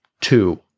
two